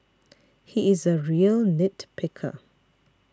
he is a real nit picker